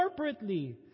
corporately